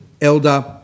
Elder